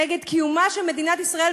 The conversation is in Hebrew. נגד קיומה של מדינת ישראל,